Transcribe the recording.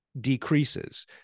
decreases